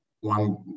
one